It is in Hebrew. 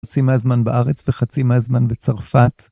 חצי מהזמן בארץ וחצי מהזמן בצרפת.